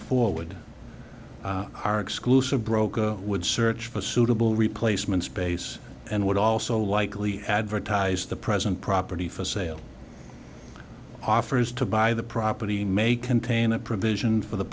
forward our exclusive broker would search for suitable replacement space and would also likely advertise the present property for sale offers to buy the property may contain a provision for the